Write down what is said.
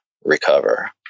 recover